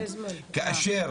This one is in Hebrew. כאשר